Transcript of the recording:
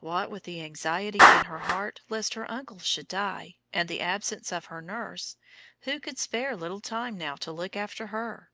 what with the anxiety in her heart lest her uncle should die, and the absence of her nurse who could spare little time now to look after her